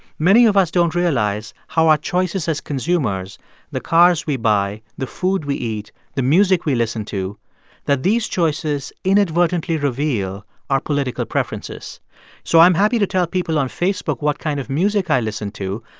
many of us don't realize how our choices as consumers the cars we buy, the food we eat, the music we listen to that these choices inadvertently reveal our political preferences so i'm happy to tell people on facebook what kind of music i listen to,